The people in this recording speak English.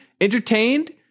entertained